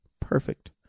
perfect